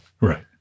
Right